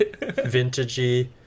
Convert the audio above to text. vintagey